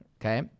Okay